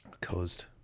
Caused